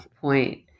point